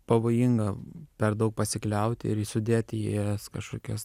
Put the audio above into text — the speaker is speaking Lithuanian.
pavojinga per daug pasikliauti ir sudėti į jas kažkokias